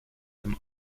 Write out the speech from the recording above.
him